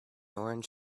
orange